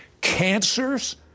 Cancers